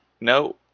no